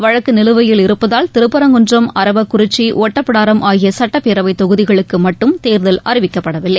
வழக்கு நிலுவையில் இருப்பதால் திருப்பரங்குமன்றம் அரவக்குறிச்சி ஒட்டபிடாரம் ஆகிய சட்டப்பேரவைத் தொகுதிகளுக்கு மட்டும் தேர்தல் அறிவிக்கப்படவில்லை